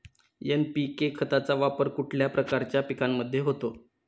NPK खताचा वापर कुठल्या प्रकारच्या पिकांमध्ये होतो?